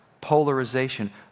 polarization